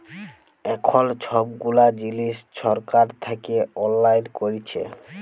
এখল ছব গুলা জিলিস ছরকার থ্যাইকে অললাইল ক্যইরেছে